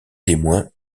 témoin